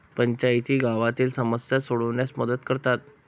पंचायती गावातील समस्या सोडविण्यास मदत करतात